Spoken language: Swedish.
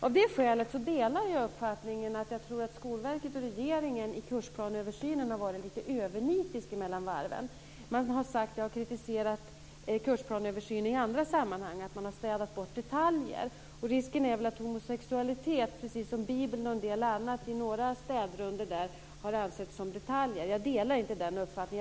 Av det skälet delar jag uppfattningen att Skolverket och regeringen har varit lite övernitiska mellan varven i kursplaneöversynen. När jag har kritiserat kursplaneöversynen i andra sammanhang har man sagt att man har städat bort detaljer. Risken är väl att homosexualitet, precis som Bibeln och en del annat, i några städrundor har ansetts som detaljer. Jag delar inte den uppfattningen.